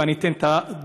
ואני אתן דוגמה: